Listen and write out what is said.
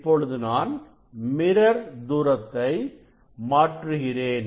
இப்பொழுது நான் மிரர் தூரத்தை மாற்றுகிறேன்